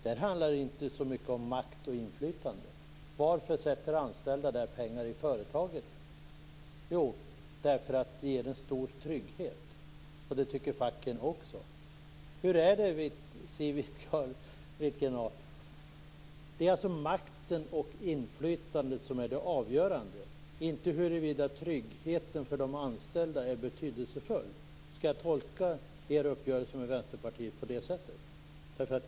Där handlar det inte så mycket om makt och inflytande. Varför satsar anställda där pengar i företaget? Jo, därför att det ger stor trygghet, och det tycker facken också. Hur är det, Siw Wittgren-Ahl? Är det makten och inflytandet som är avgörande och inte huruvida tryggheten för de anställda är betydelsefull? Skall jag tolka er uppgörelse med Vänsterpartiet på det sättet?